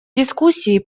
дискуссии